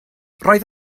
roedd